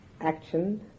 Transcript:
action